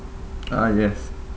ah yes